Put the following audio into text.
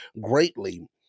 greatly